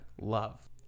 love